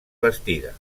vestida